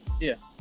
Yes